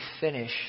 finish